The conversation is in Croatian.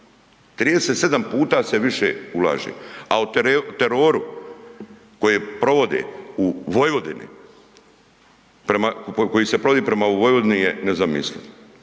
37 puta se više ulaže. A o teroru koji provodi u Vojvodini, koji se